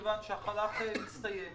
מכיוון שהחל"ת יסתיים